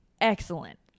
excellent